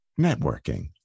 networking